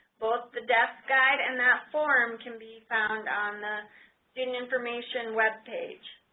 both the desk guide and that form can be found on the student information web page.